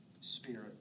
spirit